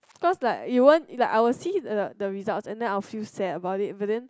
cause like it wouldn't like I will see the the results and then I will feel sad about it but then